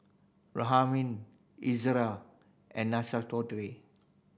Ezerra and